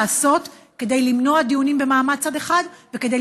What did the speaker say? לעשות כדי למנוע דיונים במעמד צד אחד וכדי